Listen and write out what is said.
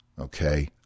okay